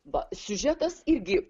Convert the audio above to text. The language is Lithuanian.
va siužetas irgi